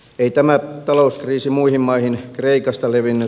ei tämä talouskriisi muihin maihin kreikasta levinnyt